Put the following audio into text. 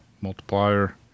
Multiplier